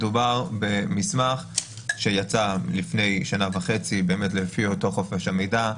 מדובר במסך שיצא לפני שנה וחצי, לפי חופש המידע.